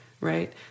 right